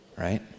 Right